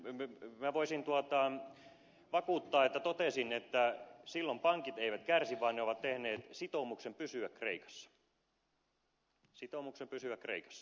minä voisin vakuuttaa että totesin että silloin pankit eivät kärsi vaan ne ovat tehneet sitoumuksen pysyä kreikassa sitoumuksen pysyä kreikassa